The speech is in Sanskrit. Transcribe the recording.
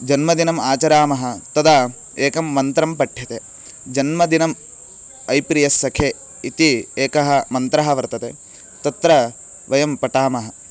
जन्मदिनम् आचरामः तदा एकः मन्त्रः पठ्यते जन्मदिनम् ऐ प्रि यस्सखे इति एकः मन्त्रः वर्तते तत्र वयं पठामः